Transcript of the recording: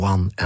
One